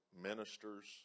ministers